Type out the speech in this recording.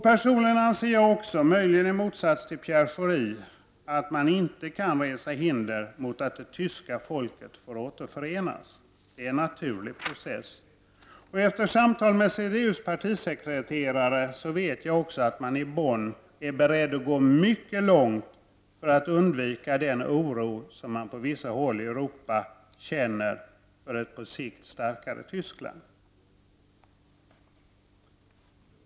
Personligen anser jag också, möjligen i motsats till Pierre Schori, att man inte kan resa hinder mot att tyska folket får återförenas. Det är en naturlig process. Efter samtal med CDU:s partisekreterare vet jag också att man i Bonn är beredd att gå mycket långt för att undvika den oro som man på vissa håll i Europa känner inför ett på sikt starkare Tyskland.